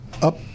Up